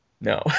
no